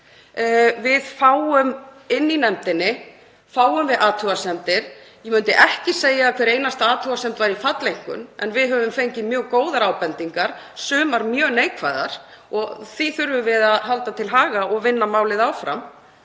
þörf. Inni í nefndinni fáum við athugasemdir. Ég myndi ekki segja að hver einasta athugasemd væri falleinkunn en við höfum fengið mjög góðar ábendingar, sumar mjög neikvæðar, og þeim þurfum við að halda til haga og vinna málið áfram.